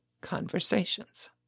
conversations